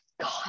God